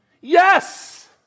Yes